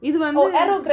இது வந்து:ithu vanthu